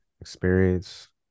experience